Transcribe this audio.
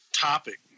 topic